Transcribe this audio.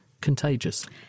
contagious